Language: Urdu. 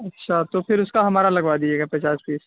اچھا تو پھر اس کا ہمارا لگوا دیجیے گا پچاس پیس